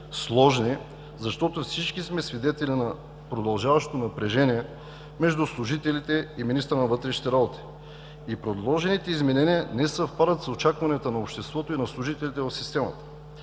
„Сложни“, защото всички сме свидетели на продължаващото напрежение между служителите и министъра на вътрешните работи, и предложените изменения не съвпадат с очакванията на обществото и на служителите в системата.